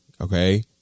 Okay